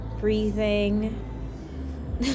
breathing